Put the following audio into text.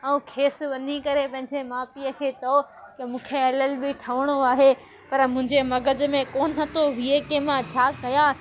ऐं खेसि वञी करे पंहिंजे माउ पीअ खे चयो की मूंखे एल एल बी ठहिणो आहे पर मुंहिंजे मग़ज़ में कोन थो विए की मां छा कया